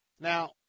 Now